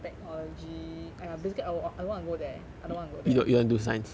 technology !aiya! basically I wa~ I don't want to go there I don't wanna go there